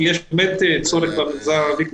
כי יש באמת צורך במגזר הערבי,